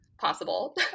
possible